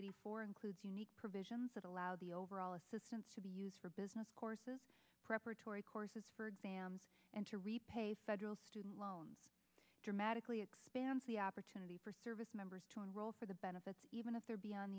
eighty four includes unique provisions that allow the overall assistance to be used for business courses preparatory courses for exams and to repay federal student loans dramatically expands the opportunity for service members to enroll for the benefits even if they're beyond